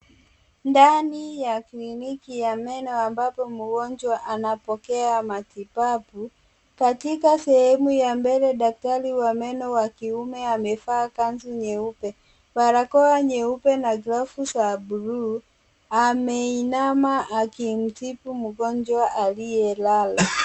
Ndani ya kliniki ya meno ambapo mgonjwa anapokea matibabu. Katika sehemu ya mbele daktari wa meno wa kiume amevaa kanzu nyeupe, barakoa nyeupe na glavu za blue . Ameinama akimtibu mgonjwa aliyelala.